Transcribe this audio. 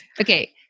Okay